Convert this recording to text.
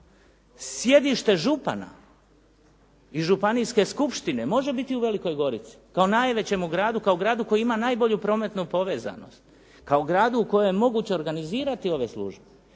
Sjedište župana i županijske skupštine može biti u Velikoj Gorici, kao najvećemu gradu, kao gradu koji ima najbolju prometnu povezanost, kao u gradu koje je moguće organizirati ove službe.